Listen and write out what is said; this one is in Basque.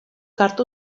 hartu